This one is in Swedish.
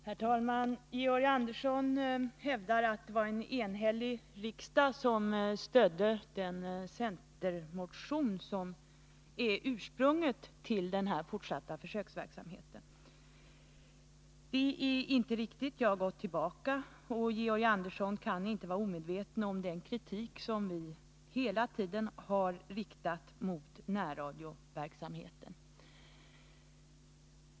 Herr talman! Georg Andersson hävdar att det var en enhällig riksdag som stödde den centermotion som är ursprunget till den här fortsatta försöksverksamheten. Det är inte riktigt. Georg Andersson kan inte vara omedveten om den kritik som vi hela tiden riktat mot närradioverksamheten.